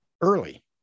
early